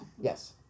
Yes